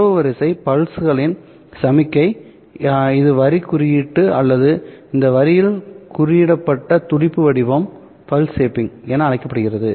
தரவு வரிசை பல்ஸ்களின் சமிக்ஞை இது வரி குறியீட்டு அல்லது இந்த வரியிலிருந்து குறியிடப்பட்ட துடிப்பு வடிவம் என அழைக்கப்படுகிறது